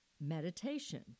meditation